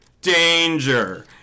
Danger